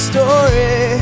Story